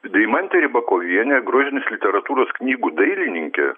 deimantė rybakovienė grožinės literatūros knygų dailininkė